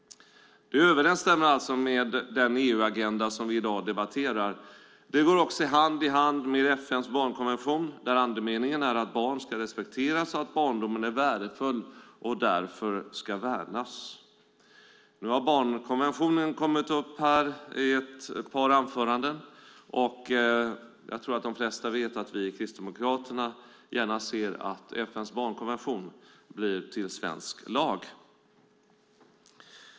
Detta överensstämmer med den EU-agenda som vi i dag debatterar. Det går också hand i hand med FN:s barnkonvention där andemeningen är att barn ska respekteras och att barndomen är värdefull och därför ska värnas. Barnkonventionen har kommit upp i ett par anföranden, och de flesta vet nog att vi kristdemokrater gärna ser att den blir till svensk lag.